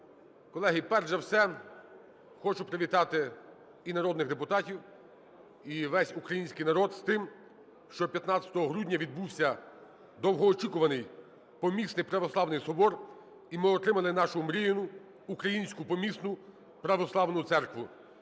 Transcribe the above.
Колеги, перш за все хочу привітати і народних депутатів, і весь український народ з тим, що 15 грудня відбувся довгоочікуваний помісний Православний Собор і ми отримали нашу мріяну українську помісну Православну Церкву.